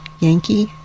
Yankee